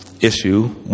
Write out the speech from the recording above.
issue